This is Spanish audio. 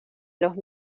los